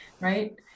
right